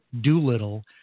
doolittle